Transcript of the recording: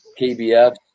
kbf